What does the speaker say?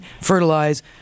fertilize